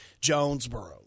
Jonesboro